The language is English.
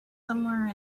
somewhere